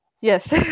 Yes